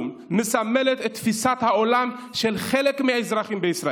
מסמל את תפיסת העולם של חלק מהאזרחים בישראל.